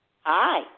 Hi